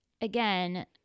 again